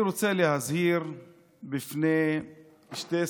אתה צריך להעביר בקשה בכתב, עם תמצית דבריך.